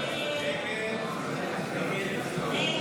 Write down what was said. הסתייגות